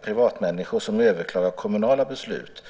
privatmänniskor som överklagar kommunala beslut.